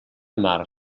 mar